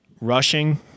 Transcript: Rushing